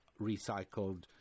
recycled